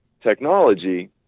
technology